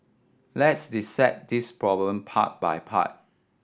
let's dissect this problem part by part